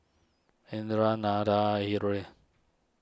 Indira Nathan